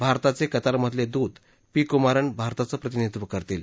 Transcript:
भारताचे कतारमधले दूत पी कुमारन भारताचं प्रतिनिधित्व करतील